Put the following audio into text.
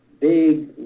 big